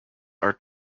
are